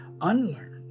unlearn